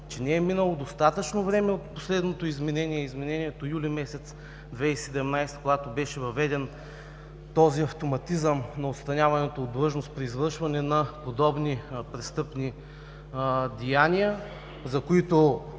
че не е минало достатъчно време от последното изменение – изменението юли месец 2017 г., когато беше въведен този автоматизъм на отстраняването от длъжност при извършване на подобни престъпни деяния, за които,